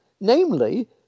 Namely